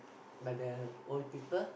but the old people